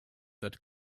that